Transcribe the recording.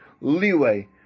leeway